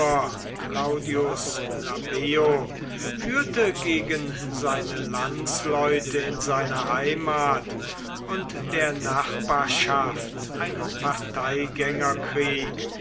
claudius labeo führte gegen seine landsleute in seiner heimat und der nachbarschaft einen